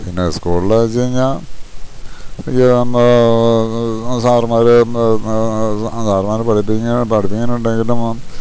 പിന്നെ സ്കൂളാച്ചഴിഞ്ഞാൽ ഈ സാറ്മ്മാർ സാറ്മാർ പഠിപ്പിക്കുക പഠിപ്പിക്കാൻ ഉണ്ടെങ്കിലും